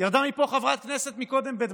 ירדה מפה קודם חברת כנסת בדמעות,